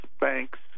banks